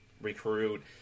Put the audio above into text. recruit